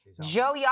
Joe